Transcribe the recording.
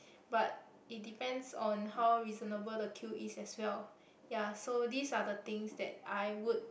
but it depends on how reasonable the queue is as well ya so these are things that I would